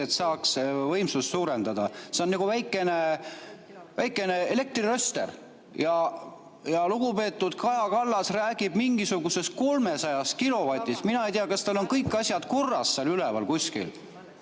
et saaks võimsust suurendada. See on nagu väikene elektriröster. Ja lugupeetud Kaja Kallas räägib mingisugusest 300 kilovatist. Mina ei tea, kas tal on kõik asjad korras seal üleval.